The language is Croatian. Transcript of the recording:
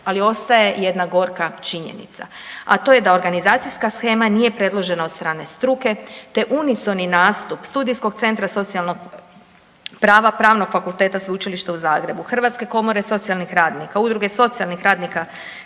ali ostaje jedna gorka činjenica, a to je da organizacijska shema nije predložena od strane struke te unisoni nastup studijskog centra socijalnog prava Pravnog fakulteta Sveučilišta u Zagrebu, Hrvatske komore socijalnih radnika, udruge socijalnih radnika